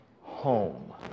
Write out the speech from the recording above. home